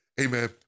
amen